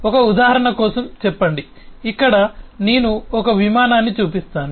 ఒక ఉదాహరణ కోసం చెప్పండి ఇక్కడ నేను ఒక విమానాన్ని చూపిస్తాను